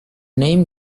name